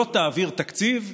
לא תעביר תקציב,